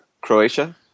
Croatia